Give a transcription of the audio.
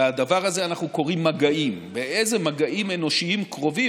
לדבר הזה אנחנו קוראים "מגעים" באיזה מגעים אנושיים קרובים